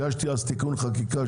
הגשתי אז תיקון חקיקה,